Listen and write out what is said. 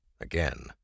Again